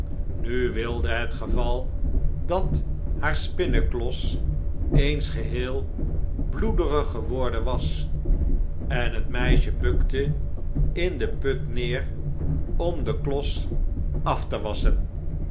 nu wilde het geval dat haar spinneklos eens geheel bloederig geworden was en t meisje bukte in den put neêr om den klos af te wasschen